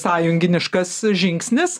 sąjunginiškas žingsnis